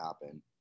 happen